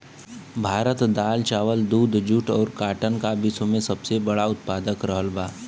भारत दाल चावल दूध जूट और काटन का विश्व में सबसे बड़ा उतपादक रहल बा